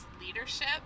leadership